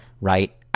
right